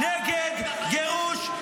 נגד החיילים?